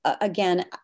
again